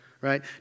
right